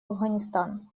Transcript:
афганистан